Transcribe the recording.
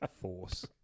force